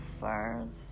first